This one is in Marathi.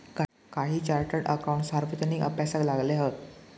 काही चार्टड अकाउटंट सार्वजनिक अभ्यासाक लागले हत